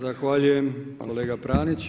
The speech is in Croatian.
Zahvaljujem kolega Pranić.